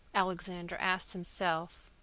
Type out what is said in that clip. alexander asked himself,